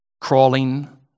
crawling